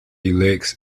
elects